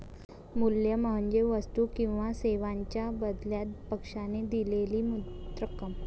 मूल्य म्हणजे वस्तू किंवा सेवांच्या बदल्यात पक्षाने दिलेली रक्कम